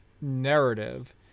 narrative